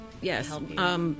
Yes